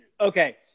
Okay